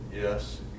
yes